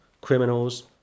criminals